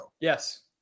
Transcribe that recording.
Yes